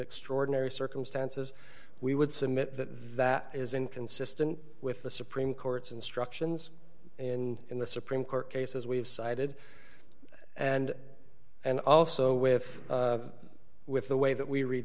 extraordinary circumstances we would submit that that is inconsistent with the supreme court's instructions in the supreme court case as we've cited and and also with with the way that we read